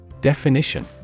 Definition